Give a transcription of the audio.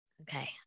okay